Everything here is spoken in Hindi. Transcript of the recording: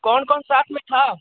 कौन कौन साथ में था